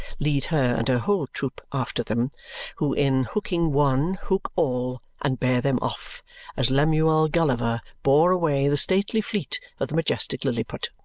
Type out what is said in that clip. lead her and her whole troop after them who, in hooking one, hook all and bear them off as lemuel gulliver bore away the stately fleet of the majestic lilliput.